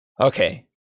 Okay